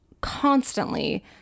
constantly